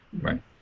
right